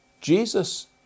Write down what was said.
Jesus